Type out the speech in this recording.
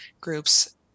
groups